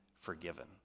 forgiven